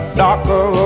darker